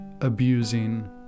abusing